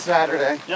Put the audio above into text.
Saturday